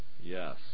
Yes